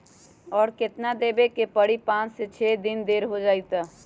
और केतना देब के परी पाँच से छे दिन देर हो जाई त?